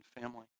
family